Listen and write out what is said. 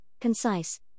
concise